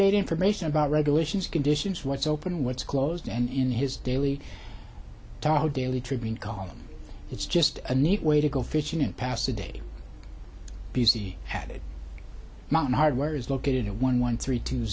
date information about regulations conditions what's open what's closed and in his daily top daily tribune column it's just a neat way to go fishing in past a day because he had a mountain hardware is located one one three two